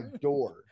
door